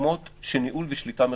נדון.